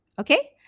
Okay